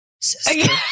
sister